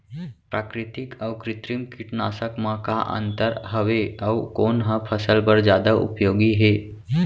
प्राकृतिक अऊ कृत्रिम कीटनाशक मा का अन्तर हावे अऊ कोन ह फसल बर जादा उपयोगी हे?